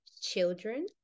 children